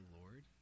Lord